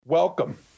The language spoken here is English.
Welcome